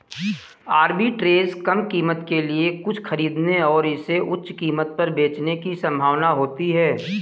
arbitrage कम कीमत के लिए कुछ खरीदने और इसे उच्च कीमत पर बेचने की संभावना होती है